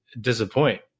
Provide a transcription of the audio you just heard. disappoint